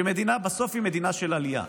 שבסוף היא מדינה של עלייה,